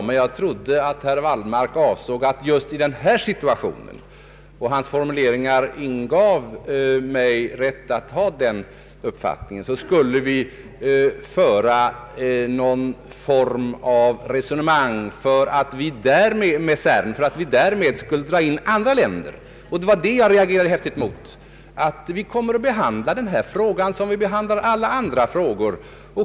Men jag trodde att herr Wallmark ansåg att vi just i nuvarande situation — och hans formuleringar ingav mig rätten att dra den slutsatsen — borde föra någon form av resonemang med CERN för att därmed dra in andra länder, och det var detta jag häftigt reagerade mot. Vi kommer att behandla denna fråga som vi behandlar alla andra frågor.